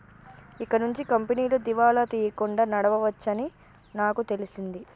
ఇకనుంచి కంపెనీలు దివాలా తీయకుండా నడవవచ్చని నాకు తెలిసింది